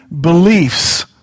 beliefs